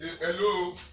Hello